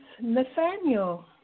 Nathaniel